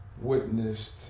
witnessed